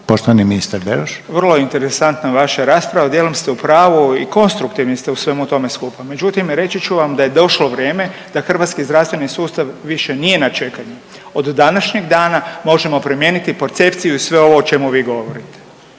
**Beroš, Vili (HDZ)** Vrlo je interesantna vaša rasprava, a dijelom ste u pravu i konstruktivni ste u svemu tome skupa, međutim reći ću vam da je došlo vrijeme da hrvatski zdravstveni sustav više nije na čekanju. Od današnjeg dana možemo promijeniti percepciju i sve ovo o čemu vi govorite.